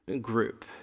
group